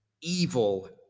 evil